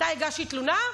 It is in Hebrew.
מתי הגשתי תלונה?